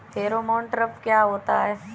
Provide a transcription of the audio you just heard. Pheromone trap क्या होता है?